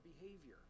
behavior